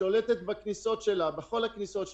שולטת בכל הכניסות שלה.